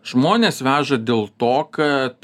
žmonės veža dėl to kad